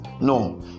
No